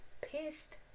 pissed